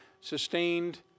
sustained